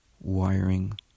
wiring